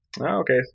okay